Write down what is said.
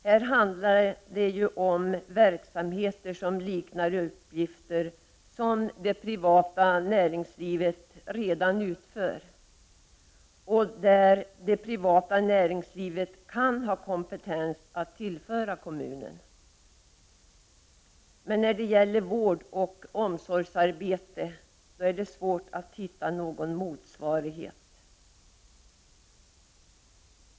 Här handlar det om verksamheter som liknar uppgifter som det privata näringslivet redan utför, där det privata näringslivet kan ha kompetens att tillföra kommunen. Men när det gäller vårdoch omsorgsarbete är det svårt att hitta någon motsvarighet.